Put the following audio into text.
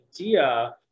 idea